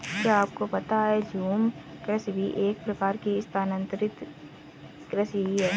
क्या आपको पता है झूम कृषि भी एक प्रकार की स्थानान्तरी कृषि ही है?